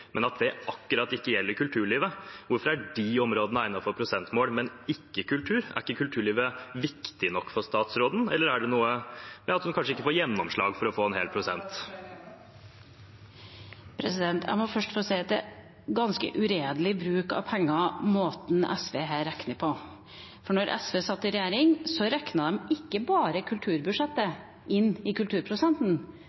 men at det akkurat ikke gjelder kulturlivet? Hvorfor er de områdene egnet for prosentmål, men ikke kultur? Er ikke kulturlivet viktig nok for statsråden, eller er det at hun kanskje ikke får gjennomslag for å få en hel prosent? Jeg må først få si at det er ganske uredelig bruk av penger måten SV her regner på, for da SV satt i regjering, regnet de ikke bare kulturbudsjettet inn i